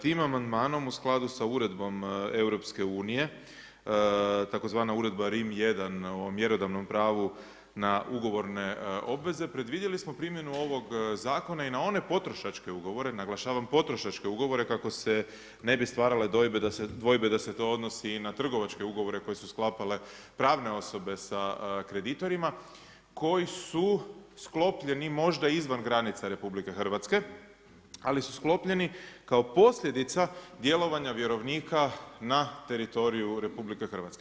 Tim amandmanom u skladu sa uredbom EU-a, tzv. Uredba Rim I, o mjerodavnom pravu na ugovorne obveze, predvidjeli smo primjenu ovog zakona i na one potrošačke ugovore, naglašavam potrošačke ugovore kako se ne bi stvarale dvojbe da se to odnosi i na trgovačke ugovore koje su sklapale pravne osobe sa kreditorima koji su sklopljeni možda izvan granica RH, ali su sklopljeni kao posljedica djelovanja vjerovnika na teritoriju RH.